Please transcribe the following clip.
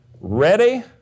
ready